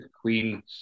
queen